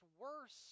worse